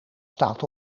staat